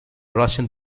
russian